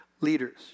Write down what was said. leaders